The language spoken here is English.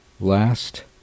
last